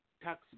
Tax